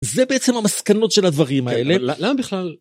זה בעצם המסקנות של הדברים האלה. למה בכלל?